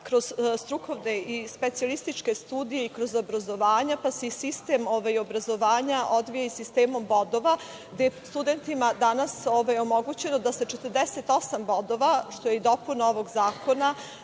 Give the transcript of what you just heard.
kroz strukovne i specijalističke studije i kroz obrazovanje, pa se i sistem obrazovanja odvija i sistemom bodova, gde je studentima danas omogućeno da sa 48 bodova, što je i dopuna ovog zakona,